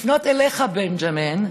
לפנות אליך, בנג'מין,